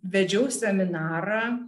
vedžiau seminarą